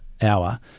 hour